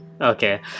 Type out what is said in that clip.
Okay